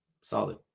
solid